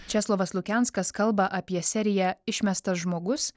česlovas lukenskas kalba apie seriją išmestas žmogus